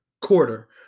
quarter